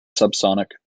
subsonic